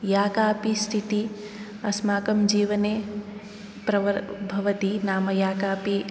या कापि स्थितिः अस्माकं जीवने भवति नाम या कापि